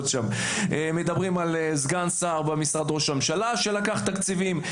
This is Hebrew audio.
מדברים על סגן שר במשרד ראש הממשלה שלקח תקציבים.